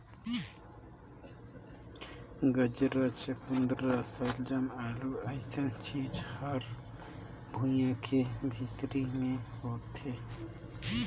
गाजरा, चकुंदर सलजम, आलू अइसन चीज हर भुइंयां के भीतरी मे होथे